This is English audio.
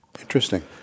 Interesting